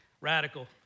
Radical